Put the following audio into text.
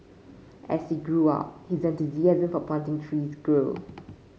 as he grew up his enthusiasm for planting trees grew